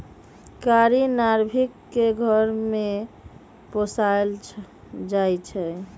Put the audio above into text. कारी नार्भिक के घर में पोशाल जाइ छइ